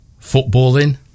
footballing